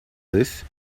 this